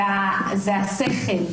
זה השכל.